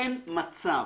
אין מצב